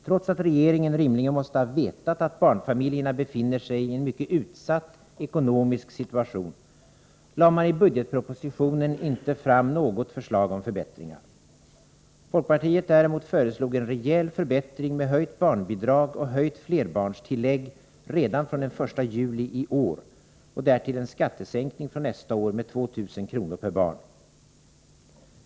Trots att regeringen rimligen måste ha vetat att barnfamiljerna befinner sig i en mycket utsatt ekonomisk situation lade man i budgetpropositionen inte fram något förslag om förbättringar. Folkpartiet däremot föreslog en rejäl förbättring med höjt barnbidrag och höjt flerbarnstillägg redan från den 1 juli i år och därtill en skattesänkning från nästa år med 2 000 kr. per barn.